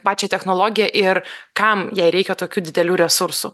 pačią technologiją ir kam jai reikia tokių didelių resursų